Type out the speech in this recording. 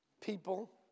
people